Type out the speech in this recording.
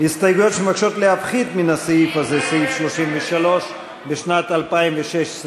ההסתייגויות שמבקשות להפחית מסעיף 33 בשנת 2016,